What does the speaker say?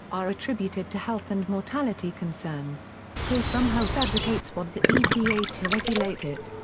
are attributed to health and mortality concerns, so some health advocates want the epa to regulate it.